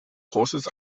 großes